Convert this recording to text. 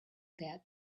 that